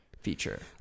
feature